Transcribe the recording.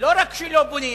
לא רק שלא בונים,